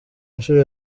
nshuro